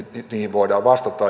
voidaan vastata